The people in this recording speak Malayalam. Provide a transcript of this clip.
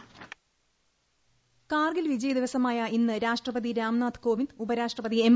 വോയിസ് കാർഗിൽ വിജയദിവസമായ ഇന്ന് രാഷ്ട്രപതി രാംനാഥ് കോവിന്ദ് ഉപരാഷ്ട്രപതി എം